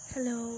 Hello